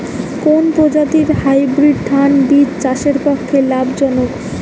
কোন প্রজাতীর হাইব্রিড ধান বীজ চাষের পক্ষে লাভজনক?